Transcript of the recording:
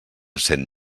cent